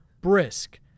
brisk